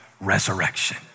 resurrection